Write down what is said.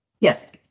Yes